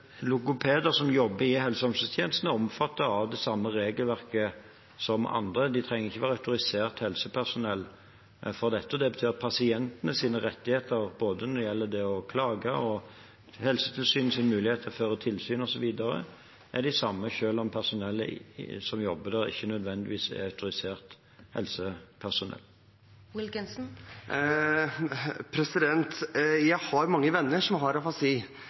samme regelverket som andre. De trenger ikke å være autorisert helsepersonell for dette. Det betyr at pasientenes rettigheter når det gjelder det å klage, og Helsetilsynets mulighet til å føre tilsyn osv., er de samme selv om personellet som jobber der, ikke nødvendigvis er autorisert helsepersonell. Jeg har mange venner som har afasi,